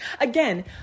Again